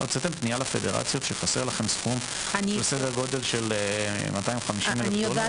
אתם הוצאתם פנייה לפדרציות שחסר לכם סכום בסדר גודל של 250 אלף דולר?